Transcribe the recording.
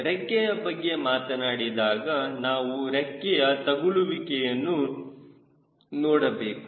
ರೆಕ್ಕೆಯ ಬಗ್ಗೆ ಮಾತನಾಡಿದಾಗ ನಾವು ರೆಕ್ಕೆಯ ತಗುಲುವಿಕೆಯನ್ನು ನೋಡಬೇಕು